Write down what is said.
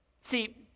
See